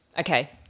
okay